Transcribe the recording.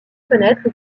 fenêtres